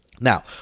Now